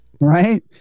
Right